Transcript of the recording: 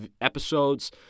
episodes